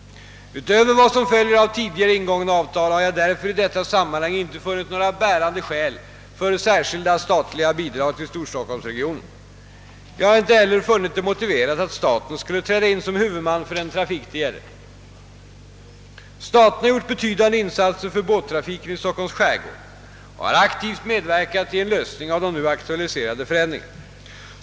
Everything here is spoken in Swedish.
Utöver vad som följer av tidigare ingångna avtal har jag därför i detta sammanhang inte funnit några bärande skäl för särskilda statliga bidrag till storstockholmsregionen. Jag har inte heller funnit det motiverat att staten skulle träda in som huvudman för den trafik det här gäller. Staten har gjort betydande insatser för båttrafiken i Stockholms skärgård och har aktivt medverkat till en lösning av de nu aktualiserade förändringarna.